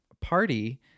party